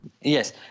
Yes